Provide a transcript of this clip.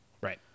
Right